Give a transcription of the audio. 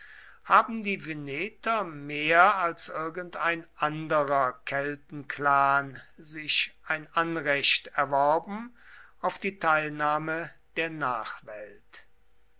haben die veneter mehr als irgendein anderer keltenclan sich ein anrecht erworben auf die teilnahme der nachwelt